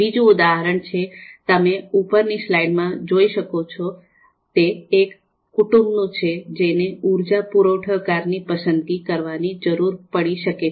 બીજું ઉદાહરણ જે તમે ઉપરની સ્લાઇડમાં જોઈ શકો છો તે એક કુટુંબનું છે જેને ઉર્જા પુરવઠાકાર ની પસંદગી કરવાની જરૂર પડી શકે છે